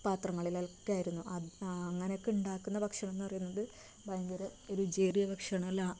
പാത്രങ്ങളിലൊക്കെ ആയിരുന്നു അത് അങ്ങനെയൊക്കെ ഉണ്ടാക്കുന്ന ഭക്ഷണമെന്ന് പറയുന്നത് ഭയങ്കര രുചിയേറിയ ഭക്ഷണം